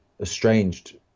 estranged